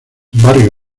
barrio